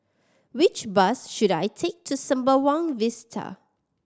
which bus should I take to Sembawang Vista